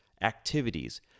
activities